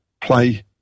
play